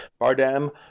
Bardem